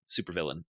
supervillain